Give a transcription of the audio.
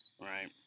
Right